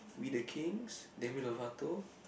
We the Kings Demi-Lovato